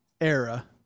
era